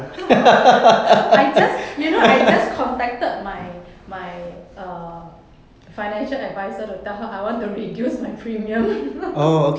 I just you know I just contacted my my err financial adviser to tell her I want to reduce my premium